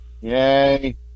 Yay